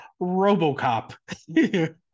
Robocop